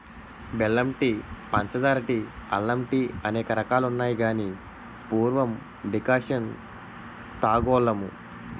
బెల్లం టీ పంచదార టీ అల్లం టీఅనేక రకాలున్నాయి గాని పూర్వం డికర్షణ తాగోలుము